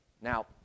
Now